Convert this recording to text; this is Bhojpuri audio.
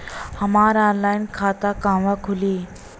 हमार ऑनलाइन खाता कहवा खुली?